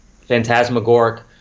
phantasmagoric